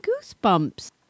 goosebumps